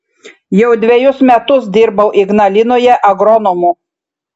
jau dvejus metus dirbau ignalinoje agronomu